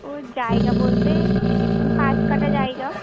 ও জায়গা বলতে পাঁচ কাঠা জায়গা